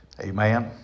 Amen